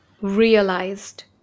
realized